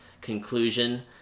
conclusion